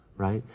right?